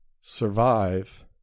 survive